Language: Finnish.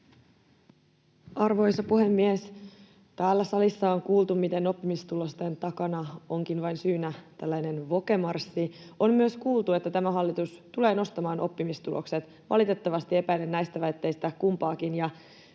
Arvoisa puhemies! Täällä salissa on kuultu, miten oppimistulosten takana onkin syynä vain tällainen woke-marssi. On myös kuultu, että tämä hallitus tulee nostamaan oppimistulokset. Valitettavasti epäilen näistä väitteistä kumpaakin,